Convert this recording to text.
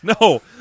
No